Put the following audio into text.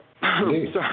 Sorry